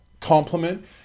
compliment